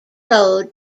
road